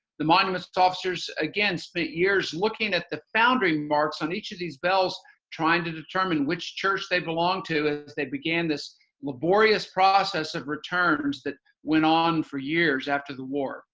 the monuments officers again spend years looking at the foundry marks on each of these bells trying to determine which church they belong to as they began this laborious process of returns that went on for years after the war.